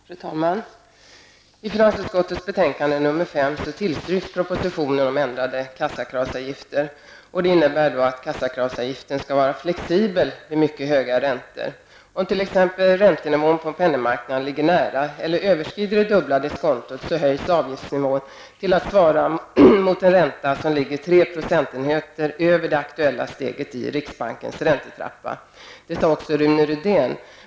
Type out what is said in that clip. Fru talman! I finansutskottets betänkande nr 5 tillstyrks propositionen om ändrade kassakravsavgifter. Det innebär att kassakravsavgiften skall vara flexibel vid mycket höga räntor. Om t.ex. räntenivån på penningmarknaden ligger nära eller överskrider det dubbla diskontot höjs avgiftsnivån till att svara mot en ränta som ligger tre procentenheter över det aktuella steget i riksbankens räntetrappa. Det sade också Rune Rydén.